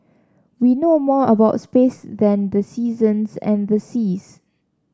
we know more about space than the seasons and the seas